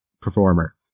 performer